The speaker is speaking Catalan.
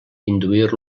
induir